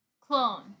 clone